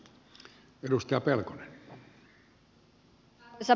arvoisa puhemies